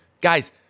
Guys